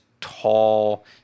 tall